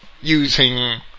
using